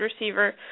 receiver